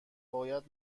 باید